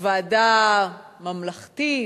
ועדה ממלכתית,